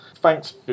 Thanks